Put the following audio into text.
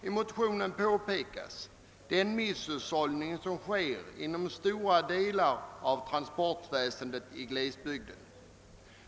I motionen påtalas den misshushållning som sker inom stora delar av transportväsendet i glesbygden.